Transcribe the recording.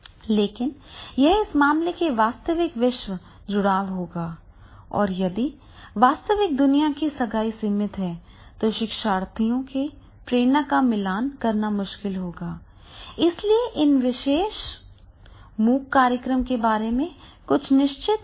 लेकिन यहां इस मामले में वास्तविक विश्व जुड़ाव होगा और यदि वास्तविक दुनिया की सगाई सीमित है तो शिक्षार्थियों की प्रेरणा का मिलान करना मुश्किल होगा इसलिए इन विशेष एमओओसी कार्यक्रम के बारे में कुछ निश्चित डेमो हैं